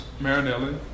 Marinelli